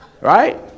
Right